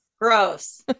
Gross